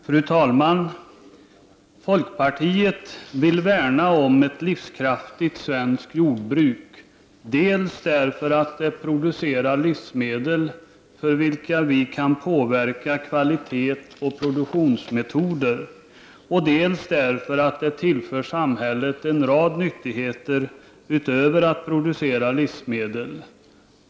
Fru talman! Folkpartiet vill värna om ett livskraftigt svenskt jordbruk, dels därför att det producerar livsmedel för vilka vi kan påverka kvalitet och produktionsmetoder, dels därför att det tillför samhället en rad andra nyttigheter utöver att producera livsmedel.